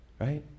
Right